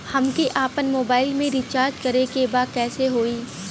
हमके आपन मोबाइल मे रिचार्ज करे के बा कैसे होई?